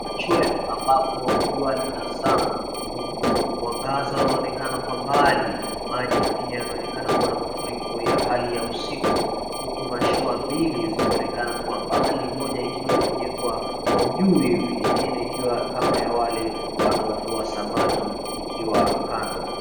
Machweo ambapo jua linazama huku mwangaza unaonekana kwa mbali. Maji pia yanaonekana kuwa na mafuriko ya hali ya usiku huku mashua mbili zikionekana kuwa mbali, moja ikiwa imejengwa kwa ujuu hivi, nyingine ikiwa kama ya wale wanaovua samaki ikiwa kando.